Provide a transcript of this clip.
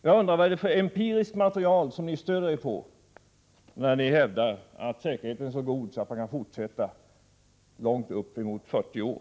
Vad är det för empiriskt material som ni stöder er på när ni hävdar att säkerheten är så god att vi kan fortsätta att använda reaktorerna uppemot 40 år?